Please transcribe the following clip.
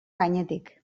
gainetik